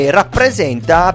rappresenta